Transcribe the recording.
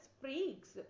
freaks